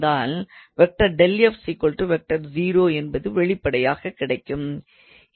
function கான்ஸ்டண்ட்டாக இருந்தால் என்பது வெளிப்படையாக கிடைக்கும்